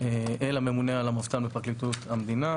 אל הממונה על המבת"ן בפרקליטות המדינה,